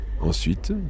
Ensuite